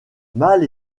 mâle